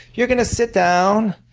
you're going to sit down,